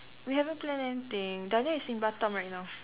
we haven't plan anything Dahlia is in Batam right now